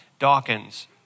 Dawkins